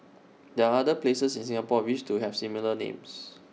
there are other places in Singapore which to have similar names